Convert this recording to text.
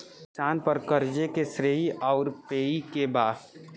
किसान पर क़र्ज़े के श्रेइ आउर पेई के बा?